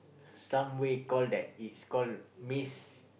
some way call that is called miss